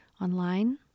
online